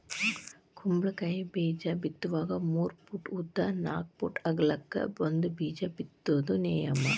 ಕುಂಬಳಕಾಯಿ ಬೇಜಾ ಬಿತ್ತುವಾಗ ಮೂರ ಪೂಟ್ ಉದ್ದ ನಾಕ್ ಪೂಟ್ ಅಗಲಕ್ಕ ಒಂದ ಬೇಜಾ ಬಿತ್ತುದ ನಿಯಮ